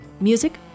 Music